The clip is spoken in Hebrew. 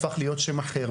הפך להיות לשם אחר,